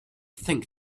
think